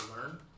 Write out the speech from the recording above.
learn